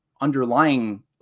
underlying